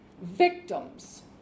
victims